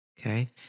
Okay